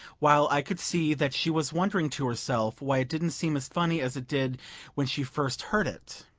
while i could see that she was wondering to herself why it didn't seem as funny as it did when she first heard it.